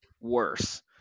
worse